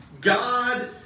God